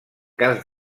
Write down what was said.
cas